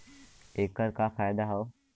ऐकर का फायदा हव?